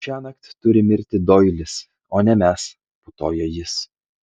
šiąnakt turi mirti doilis o ne mes putojo jis